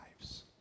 lives